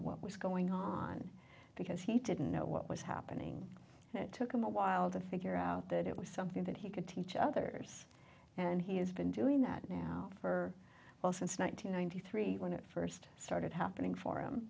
what was going on because he didn't know what was happening and it took him a while to figure out that it was something that he could teach others and he has been doing that now for well since one thousand nine hundred three when it first started happening for